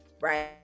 right